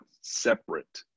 separate